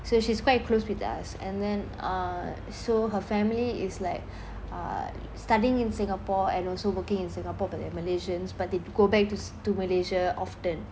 so she's quite close with us and then uh so her family is like uh studying in singapore and also working in singapore but they are malaysians but they t~ go back to malaysia often